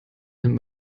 nimmt